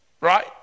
right